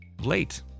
late